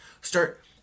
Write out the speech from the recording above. Start